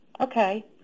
Okay